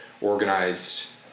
organized